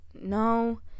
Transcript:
No